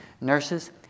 nurses